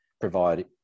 provide